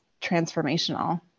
transformational